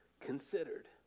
considered